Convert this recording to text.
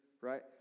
right